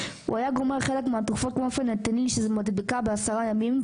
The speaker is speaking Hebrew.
הוא היה גומר חלק מהתרופות שזו מדבקה בעשרה ימים,